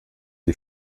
die